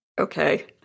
Okay